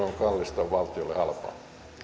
on kallista on valtiolle halpaa